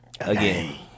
again